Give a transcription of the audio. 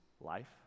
life